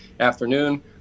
afternoon